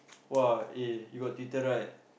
!wah! eh you got Twitter right